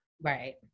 right